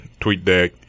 TweetDeck